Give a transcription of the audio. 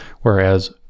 whereas